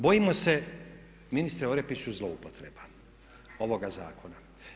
Bojimo se ministre Orepiću zloupotreba ovoga zakona.